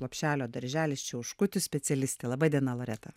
lopšelio darželis čiauškutis specialistė laba diena loreta